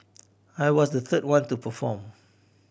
I was the third one to perform